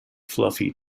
fluffy